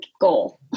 goal